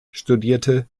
studierte